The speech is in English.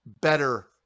better